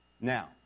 Now